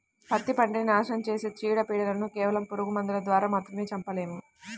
పత్తి పంటకి నాశనం చేసే చీడ, పీడలను కేవలం పురుగు మందుల ద్వారా మాత్రమే చంపలేము